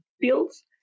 fields